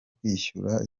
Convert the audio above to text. kwishyura